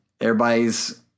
everybody's